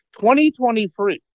2023